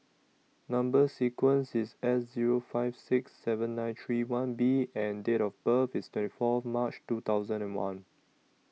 Number sequence IS S Zero five six seven nine three one B and Date of birth IS twenty Fourth March two thousand and one